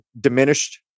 diminished